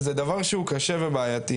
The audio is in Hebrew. זה דבר שהוא קשה ובעייתי.